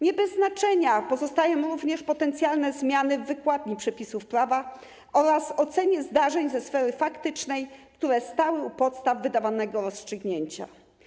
Nie bez znaczenia pozostają również potencjalne zmiany w wykładni przepisów prawa oraz ocenie zdarzeń ze sfery faktycznej, które stały u podstaw wydawanego rozstrzygnięcia.